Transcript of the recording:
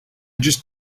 just